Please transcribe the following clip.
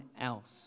else